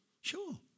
Sure